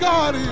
God